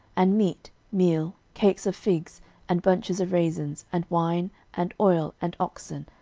and meat, meal, cakes of figs and bunches of raisins, and wine, and oil, and oxen,